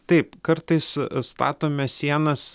taip kartais statome sienas